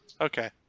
Okay